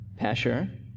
Pasher